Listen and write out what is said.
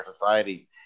society